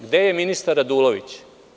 Gde je ministar Radulović?